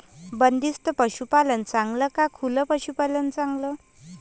बंदिस्त पशूपालन चांगलं का खुलं पशूपालन चांगलं?